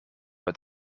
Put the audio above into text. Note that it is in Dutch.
het